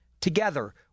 Together